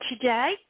today